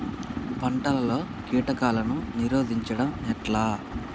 పంటలలో కీటకాలను నిరోధించడం ఎట్లా?